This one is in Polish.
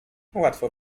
łatwo